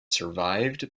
survived